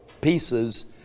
pieces